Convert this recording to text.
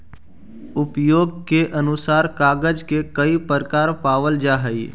उपयोग के अनुसार कागज के कई प्रकार पावल जा हई